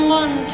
one